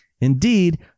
Indeed